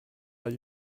weil